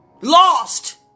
lost